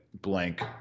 blank